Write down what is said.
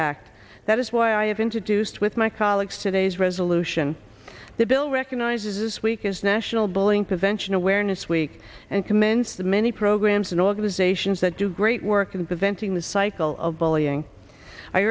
act that is why i have introduced with my colleagues today's resolution that bill recognizes this week is national billing potential awareness week and commence the many programs and organizations that do great work in preventing the cycle of bullying i